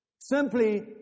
Simply